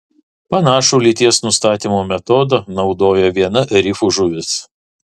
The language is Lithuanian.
panašų lyties nustatymo metodą naudoja viena rifų žuvis